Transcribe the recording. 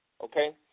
Okay